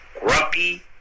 grumpy